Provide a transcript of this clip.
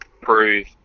prove